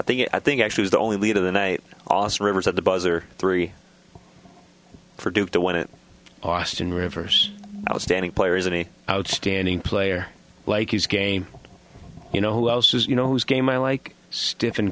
think i think actually is the only lead of the night austin rivers at the buzzer three for duke to win it austin rivers outstanding players any outstanding player like his game you know who you know who's game i like stiff